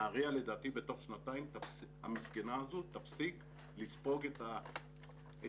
נהריה לדעתי בתוך שנתיים תפסיק לספוג את ההצפות